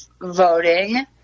voting